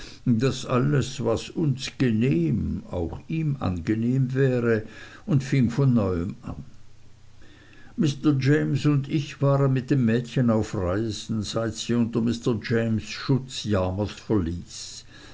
daß alles was uns genehm auch ihm angenehm wäre und fing von neuem an mr james und ich waren mit dem mädchen auf reisen seit sie unter mr james schutz yarmouth verließ